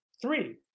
Three